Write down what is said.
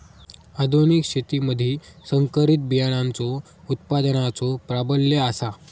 आधुनिक शेतीमधि संकरित बियाणांचो उत्पादनाचो प्राबल्य आसा